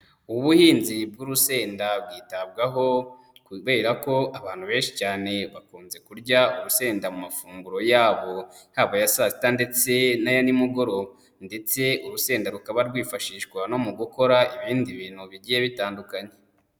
Ubuhinzi bw'urusenda bwitabwaho kubera ko abantu benshi cyane bakunze kurya urusenda mu mafunguro yabo, haba aya saa sita ndetse n'aya nimugoroba ndetse urusenda rukaba rwifashishwa no mu gukora ibindi bintu bigiye bitandukanye.